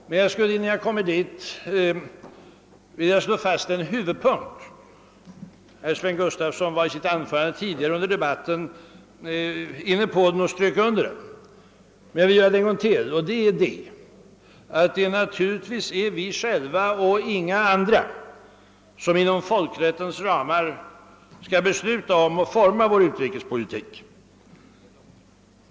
Innan jag närmare berör den frågan vill jag emellertid slå fast en huvudpunkt — Sven Gustafson har strukit under den tidigare i debatten. Det är naturligtvis vi själva och inga andra som inom folkrättens ramar skall besluta om och forma vår utrikespolitik.